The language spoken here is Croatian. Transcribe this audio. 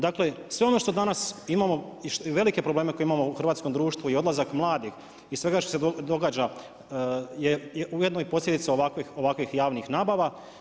Dakle, sve ono što danas imamo i velike probleme koje imamo u hrvatskom društvu i odlazak mladih i svega što se događa je ujedno i posljedica ovakvih javnih nabava.